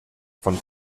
von